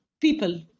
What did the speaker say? people